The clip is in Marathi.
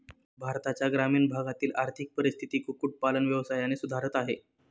भारताच्या ग्रामीण भागातील आर्थिक परिस्थिती कुक्कुट पालन व्यवसायाने सुधारत आहे